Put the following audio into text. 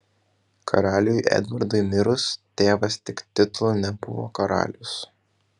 karaliui edvardui mirus tėvas tik titulu nebuvo karalius